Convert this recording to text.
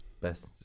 best